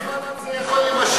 כמה זמן זה יכול להימשך?